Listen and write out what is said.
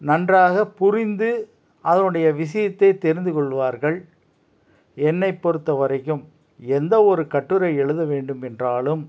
நன்றாக புரிந்து அதனுடைய விஷயத்தை தெரிந்து கொள்வார்கள் என்னை பொறுத்த வரைக்கும் எந்த ஒரு கட்டுரை எழுத வேண்டும் என்றாலும்